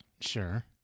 sure